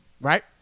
right